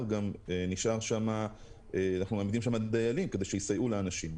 אנחנו גם מעמידים שם דיילים כדי שיסייעו לאנשים.